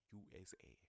usa